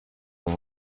muri